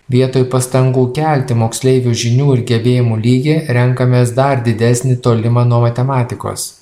vietoj pastangų kelti moksleivių žinių ir gebėjimų lygį renkamės dar didesnį tolimą nuo matematikos